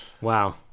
wow